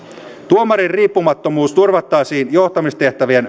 tuomarin riippumattomuus turvattaisiin johtamistehtävien